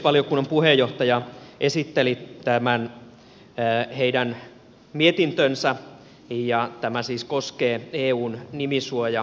valiokunnan puheenjohtaja esitteli tämän heidän mietintönsä ja tämä siis koskee eun nimisuojajärjestelmää